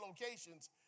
locations